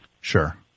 Sure